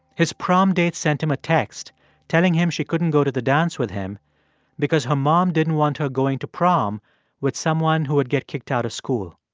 his prom date sent him a text telling him she couldn't go to the dance with him because her mom didn't want her going to prom with someone who would get kicked out of school